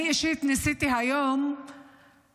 אני אישית ניסיתי היום לבדוק